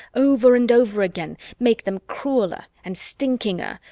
over and over again, make them crueler and stinkinger,